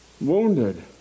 wounded